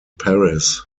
paris